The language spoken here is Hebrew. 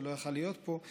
שלא יכול היה להיות פה,